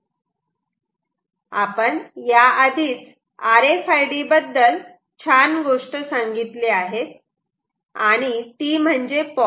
आपण या आधीच आर एफ आय डी बद्दल छान गोष्ट सांगितले आहेत आणि ती म्हणजे पॉवर